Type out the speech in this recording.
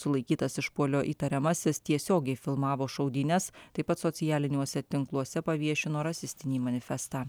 sulaikytas išpuolio įtariamasis tiesiogiai filmavo šaudynes taip pat socialiniuose tinkluose paviešino rasistinį manifestą